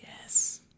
Yes